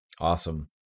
Awesome